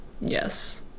yes